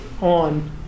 on